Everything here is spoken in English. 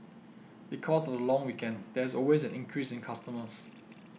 because of the long weekend there is always an increase in customers